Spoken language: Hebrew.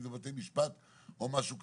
אם זה בתי משפט או משהו כזה,